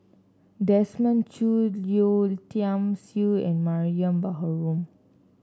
Desmond Choo Yeo Tiam Siew and Mariam Baharom